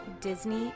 disney